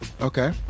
Okay